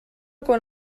quan